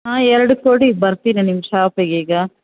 ಹಾಂ ಎರಡು ಕೊಡಿ ಬರ್ತೀನಿ ನಿಮ್ಮ ಶಾಪಿಗೆ ಈಗ